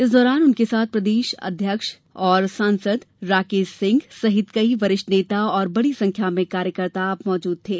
इस दौरान उनके साथ प्रदेश अध्यक्ष और सांसद राकेश सिंह सहित कई वरिष्ठ नेता और बड़ी संख्या में कार्यकर्ता मौजूद थे